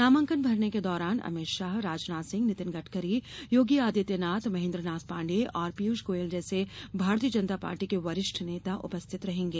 नामांकन भरने के दौरान अमित शाह राजनाथ सिंह नितिन गडकरी योगी आदित्यननाथ महेन्द्र नाथ पांडेय और पीयूष गोयल जैसे भारतीय जनता पार्टी के वरिष्ठ नेता उपस्थित रहेंगे